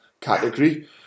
category